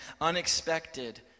unexpected